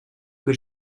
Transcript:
que